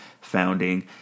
founding